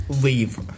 leave